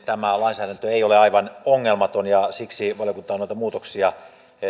tämä lainsäädäntö ei ole aivan ongelmaton ja siksi valiokunta on noita muutoksia